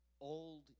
old